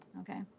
okay